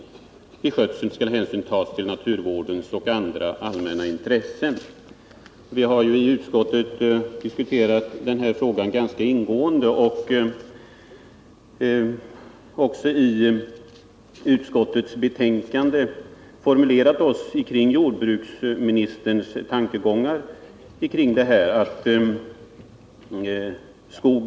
Vid skötseln skall hänsyn tas till naturvårdens och andra allmänna intressen.” Vi har i utskottet diskuterat denna fråga ganska ingående och i betänkandet kommenterat jordbruksministerns tankegångar på denna punkt.